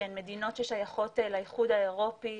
שהן מדינות ששייכות לאיחוד האירופי,